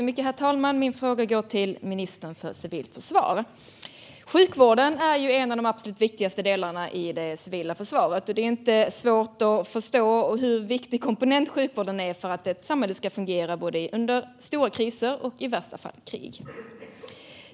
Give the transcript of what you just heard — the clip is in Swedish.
Herr talman! Min fråga går till ministern för civilt försvar. Sjukvården är en av de absolut viktigaste delarna i det civila försvaret. Det är inte svårt att förstå vilken viktig komponent sjukvården är för att ett samhälle ska fungera under både stora kriser och i värsta fall krig.